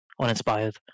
uninspired